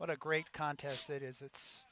what a great contest it is it's